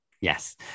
Yes